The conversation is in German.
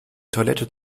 toilette